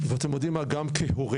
ואתם יודעים מה, גם כהורה.